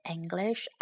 English